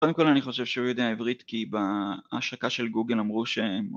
קודם כל אני חושב שהוא יודע עברית כי בהשקה של גוגל אמרו שהם...